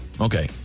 Okay